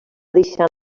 deixant